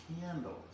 candles